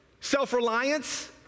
self-reliance